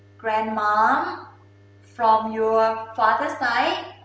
grandmom um from your father's side,